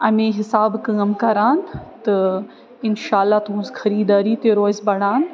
اَمی حِسابہٕ کٲم کَران تہٕ اِنشاء اللہ تُہٕنٛز خریٖدٲری تہِ روزِ بڑان